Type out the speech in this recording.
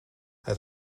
het